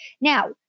now